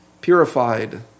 Purified